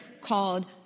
called